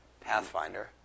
Pathfinder